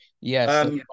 Yes